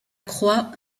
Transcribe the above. croix